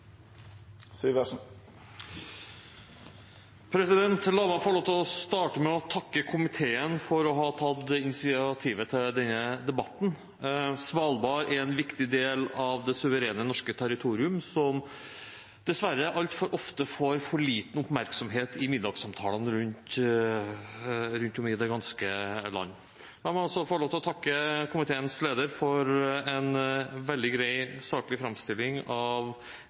La meg få lov til å starte med å takke komiteen for å ha tatt initiativ til denne debatten. Svalbard er en viktig del av det suverene norske territorium, som dessverre altfor ofte får for lite oppmerksomhet i middagssamtalene rundt om i det ganske land. La meg også få lov til å takke komiteens leder for en veldig grei, saklig framstilling av